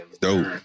Dope